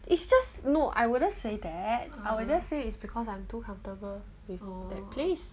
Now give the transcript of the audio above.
it's just no I wouldn't say that I will just say it's because I'm too comfortable with that place